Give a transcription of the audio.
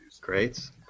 Great